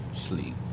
sleep